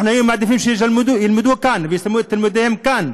אנחנו היינו מעדיפים שילמדו כאן ויסיימו את לימודיהם כאן,